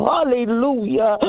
Hallelujah